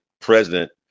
president